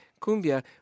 cumbia